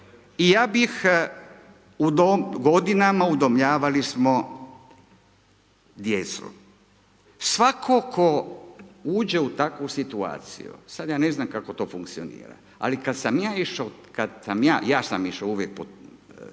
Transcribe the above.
u dom, godinama udomljavali smo djecu. Svatko tko uđe u takvu situaciju, sad ja ne znam kako to funkcionira, ali kada sam ja išao, ja sam uvijek išao uvije,